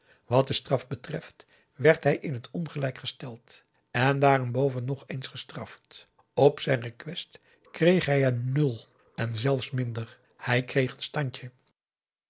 wat de straf betreft werd hij in het ongelijk gesteld en daarenboven nog eens gestraft op zijn request kreeg hij een nul en zelfs minder hij kreeg een standje